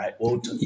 right